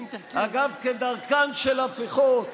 אגב, כדרכן של הפיכות